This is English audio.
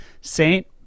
Saint